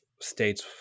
states